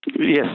yes